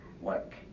work